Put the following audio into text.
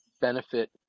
benefit